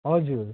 हजुर